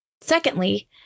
Secondly